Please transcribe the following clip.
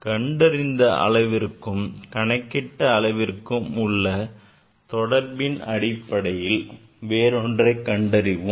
கண்டறிந்த அளவிற்கும் கணக்கிட்ட அளவிற்கும் உள்ள தொடர்பின் அடிப்படையில் வேறொன்றை கண்டறிவோம்